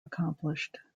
accomplished